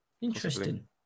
Interesting